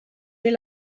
fer